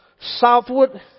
southward